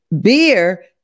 beer